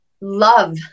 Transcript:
love